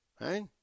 right